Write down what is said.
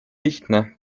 lihtne